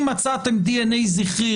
אם מצאתם דנ"א זכרי,